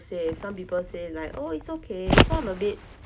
it's also see who's willing to go with you or like